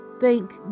thank